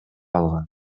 алган